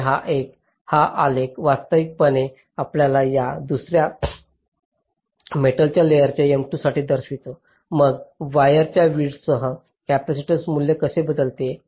आणि हा आलेख वास्तविकपणे आपल्याला या दुसऱ्या मेटलच्या लेयर्स M2 साठी दर्शवितो मग वायर्स च्या विड्थसह कॅपेसिटन्स मूल्य कसे बदलते